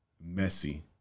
messy